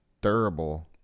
Durable